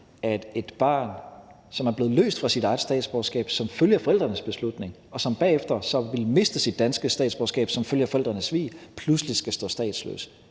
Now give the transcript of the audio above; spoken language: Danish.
at et barn, som er blevet løst fra sit eget statsborgerskab som følge af forældrenes beslutning, og som bagefter så vil miste sit danske statsborgerskab som følge af forældrenes svig, pludselig skal stå statsløs.